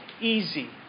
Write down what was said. easy